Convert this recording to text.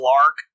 Clark